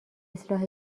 اصلاح